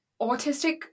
autistic